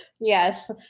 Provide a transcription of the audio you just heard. Yes